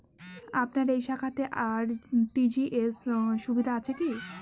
আপনার এই শাখাতে আর.টি.জি.এস সুবিধা আছে কি?